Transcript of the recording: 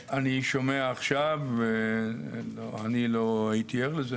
אני שומע עכשיו, לפחות לא הייתי ער לזה,